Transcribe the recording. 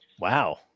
Wow